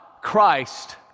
Christ